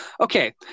Okay